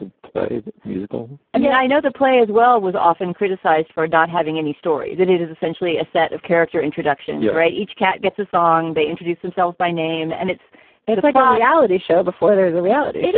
play musical and yeah, i know the play as well. was often criticized for not having any story that it is essentially a set of character introduction. you're right. each cat gets a song. they introduce themselves by name and it's it's like um a reality show before. there's a reality show.